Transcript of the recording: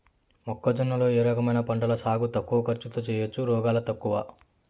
మొక్కజొన్న లో ఏ రకమైన పంటల సాగు తక్కువ ఖర్చుతో చేయచ్చు, రోగాలు తక్కువ?